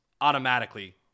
automatically